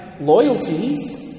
loyalties